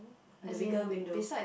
the bigger window